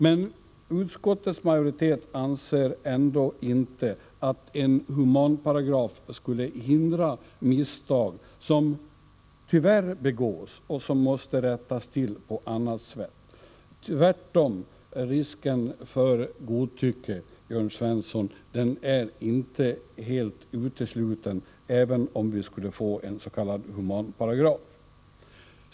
Men utskottets majoritet anser ändå inte att en ”humanparagraf” skulle hindra misstag som tyvärr begås och som måste rättas till på annat sätt. Tvärtom är risken för godtycke, Jörn Svensson, inte helt utesluten — även om vi skulle få en s.k. humanparagraf.